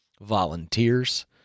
volunteers